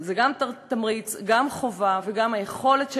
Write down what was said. זה גם תמריץ, גם חובה, וגם היכולת שלנו,